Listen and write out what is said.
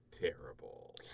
terrible